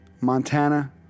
Montana